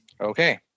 Okay